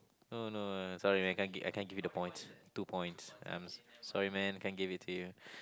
no no sorry man I can't give I can't give you the points two points I'm sorry man I can't give it to you